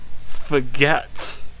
forget